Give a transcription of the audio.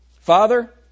Father